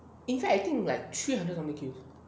in fact I think like three hundred something kill